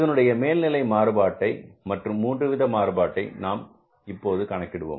இதனுடைய மேல்நிலை மாறுபாட்டை மற்றும் மூன்றுவித மாறுபாட்டை நாம் இப்போது கணக்கிடுவோம்